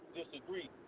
disagree